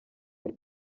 muri